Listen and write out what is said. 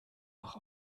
noch